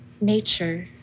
nature